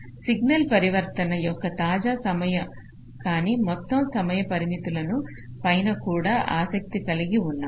signal పరివర్తన యొక్క తాజా సమయం కానీ మొత్తం సమయ పరిమితుల పైన కూడా ఆసక్తి కలిగి ఉన్నాము